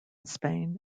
spain